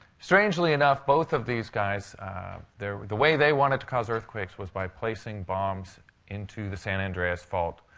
strangely enough, both of these guys the the way they wanted to cause earthquakes was by placing bombs into the san andreas fault,